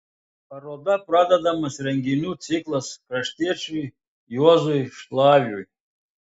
paroda pradedamas renginių ciklas kraštiečiui juozui šliavui